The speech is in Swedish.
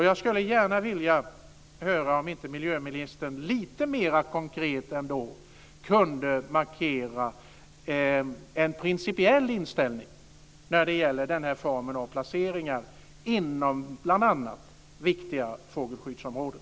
Jag skulle gärna vilja höra om inte miljöministern lite mer konkret ändå kunde markera en principiell inställning när det gäller den här formen av placeringar inom bl.a. viktiga fågelskyddsområden.